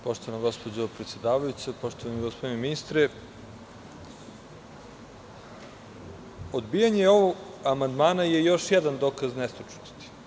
Poštovana gospođo predsedavajuća, poštovani gospodine ministre, odbijanje ovog amandmana je još jedan dokaz nestručnosti.